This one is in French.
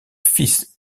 fils